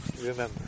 remember